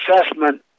assessment